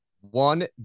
One